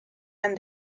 and